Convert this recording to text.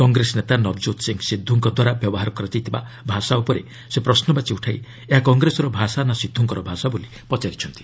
କଂଗ୍ରେସ ନେତା ନବଜତ୍ ସିଂହ ସିଦ୍ଧୁଙ୍କ ଦ୍ୱାରା ବ୍ୟବହାର କରାଯାଇଥିବା ଭାଷା ଉପରେ ସେ ପ୍ରଶ୍ରବାଚୀ ଉଠାଇ ଏହା କଂଗ୍ରେସର ଭାଷା ନା ସିଦ୍ଧୁଙ୍କ ଭାଷା ବୋଲି ପଚାରିଛନ୍ତି